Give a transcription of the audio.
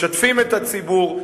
משתפים את הציבור,